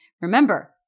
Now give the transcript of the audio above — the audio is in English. Remember